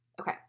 Okay